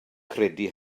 credu